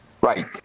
Right